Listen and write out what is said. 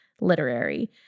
literary